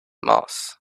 mars